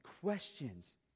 questions